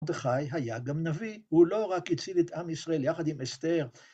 מרדכי היה גם נביא, הוא לא רק הציל את עם ישראל יחד עם אסתר.